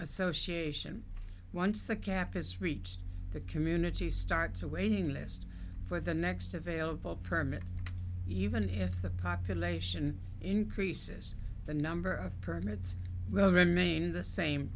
association once the cap has reached the community starts a waiting list for the next available permit even if the population increases the number of permits will remain the same